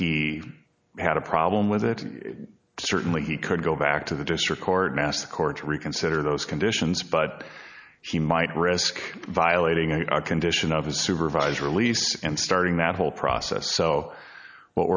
he had a problem with it certainly he could go back to the district court and ask or to reconsider those conditions but he might risk violating our condition of a supervisor release and starting that whole process so what